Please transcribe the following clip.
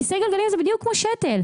כיסא גלגלים זה בדיוק כמו שתל.